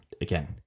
again